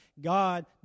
God